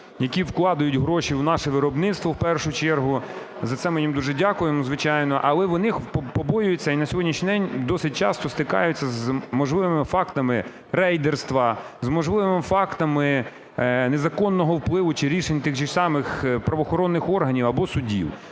які вкладають гроші в наше виробництво в першу чергу, за це ми їм дуже дякуємо, звичайно, але вони побоюються і на сьогоднішній день досить часто стикаються з можливими фактами рейдерства, з можливими фактами незаконного впливу чи рішень тих же самих правоохоронних органів або судів.